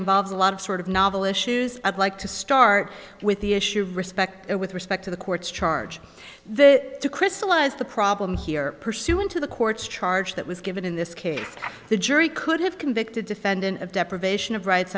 involves a lot of sort of novel issues i'd like to start with the issue of respect and with respect to the court's charge that to crystallize the problem here pursuant to the court's charge that was given in this case the jury could have convicted defendant of deprivation of rights